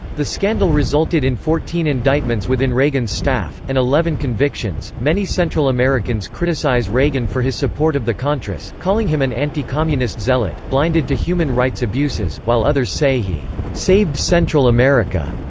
the scandal resulted in fourteen indictments within reagan's staff, and eleven convictions many central americans criticize reagan for his support of the contras, calling him an anti-communist zealot, blinded to human rights abuses, while others say he saved central america.